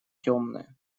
темное